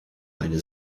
eine